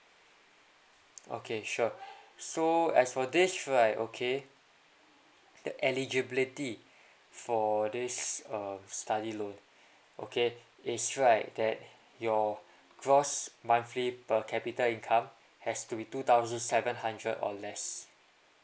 okay sure so as for this right okay the eligibility for this um study loan okay is right that your gross monthly per capita income has to be two thousand seven hundred or less